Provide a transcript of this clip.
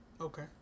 Okay